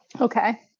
Okay